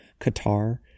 Qatar